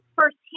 firsthand